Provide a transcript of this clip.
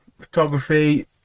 photography